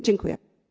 Dziękuję.